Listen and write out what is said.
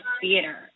Theater